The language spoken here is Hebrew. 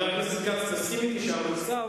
גם עכשיו הוא לא יודע אם הוא יצביע.